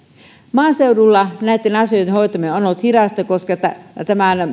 maaseudulla näitten asioitten hoitaminen on ollut hidasta koska tämän